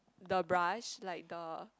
the brush like the